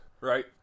right